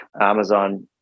Amazon